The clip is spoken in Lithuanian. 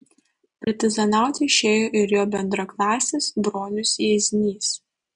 partizanauti išėjo ir jo bendraklasis bronius jieznys